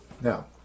Now